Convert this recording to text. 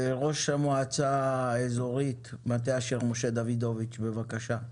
ראש המועצה האזורית מטה אשר, משה דוידוביץ, בבקשה.